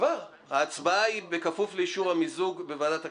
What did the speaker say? ולכן ההצבעה היא בכפוף לאישור המיזוג בוועדת הכנסת.